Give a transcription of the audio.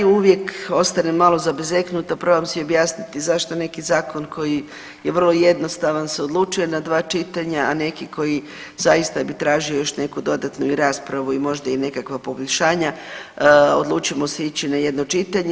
Uvijek ostanem malo zabezeknuta, probam si objasniti zašto neki zakon koji je vrlo jednostavan se odlučuje na dva čitanja, a neki koji zaista bi tražio još neku dodatnu i raspravu i možda i nekakva poboljšanja, odlučimo se ići na jedno čitanje.